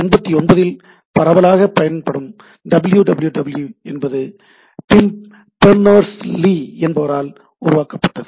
89 இல் பரவலாக பயன்படும் 'டபிள்யூ டபிள்யூ டபிள்யூ' என்பது டிம் பெர்னர்ஸ் லீ என்பவரால் உருவாக்கப்பட்டது